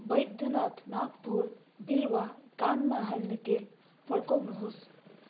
बैद्यनाथ नागपुर बिल्वा कानमा हाल्ने तेल फर्काउनुहोस्